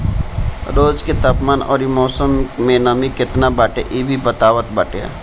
रोज के तापमान अउरी मौसम में नमी केतना बाटे इ भी बतावत बाटे